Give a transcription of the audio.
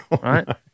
right